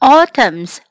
Autumn's